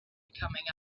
coming